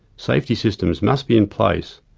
safety systems must be in place,